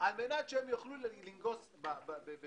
דרך אגב, זו